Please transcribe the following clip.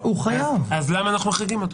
מחריגים אותו?